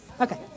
Okay